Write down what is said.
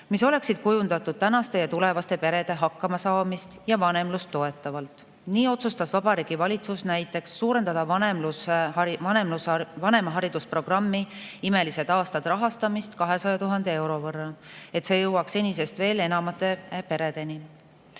mis oleksid kujundatud tänaste ja tulevaste perede hakkamasaamist ja vanemlust toetavalt. Nii näiteks otsustas Vabariigi Valitsus suurendada vanemlusprogrammi "Imelised aastad" rahastamist 200 000 euro võrra, et see jõuaks senisest veel enamate peredeni.